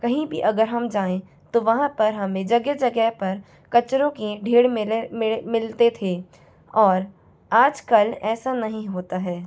कहीं भी अगर हम जाएँ तो वहाँ पर हमें जगह जगह पर कचरों की ढेर मिलते थे और आजकल ऐसा नहीं होता है